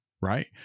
right